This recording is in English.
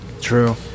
True